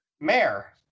Mayor